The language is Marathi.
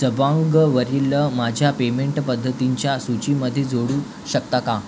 जबाउंगवरील माझ्या पेमेंट पद्धतींच्या सूचीमध्ये जोडू शकता का